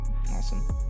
awesome